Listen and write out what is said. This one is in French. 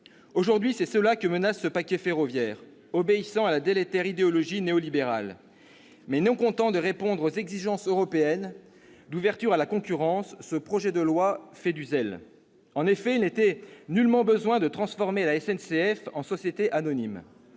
aujourd'hui précisément cela que menace ce paquet ferroviaire, qui obéit à la délétère idéologie néolibérale. Mais non content de répondre aux exigences européennes d'ouverture à la concurrence, ce projet de loi fait du zèle ! En effet, il n'était nullement besoin de transformer la SNCF en société anonyme.